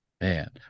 man